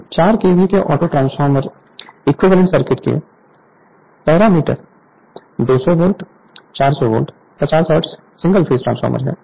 Refer Slide Time 2734 4 kVA के approximate equivalent circuit के parameter 200 volt 400 volt 50 hertz single phase transformer है